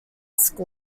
school